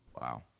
Wow